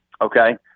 Okay